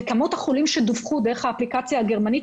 וכמות החולים שדווחו דרך האפליקציה הגרמנית,